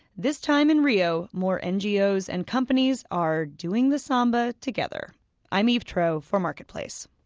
this time in rio more ngos and companies are doing the samba together i'm eve troeh for marketplace